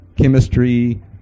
chemistry